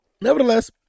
nevertheless